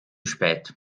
spät